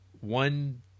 one